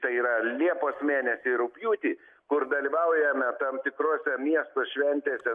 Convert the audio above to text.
tai yra liepos mėnesį ir rugpjūtį kur dalyvaujame tam tikrose miesto šventėse